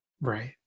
Right